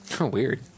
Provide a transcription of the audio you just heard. Weird